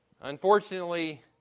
Unfortunately